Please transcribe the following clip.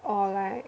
or like